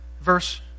Verse